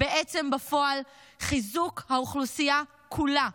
בעצם בפועל חיזוק האוכלוסייה כולה,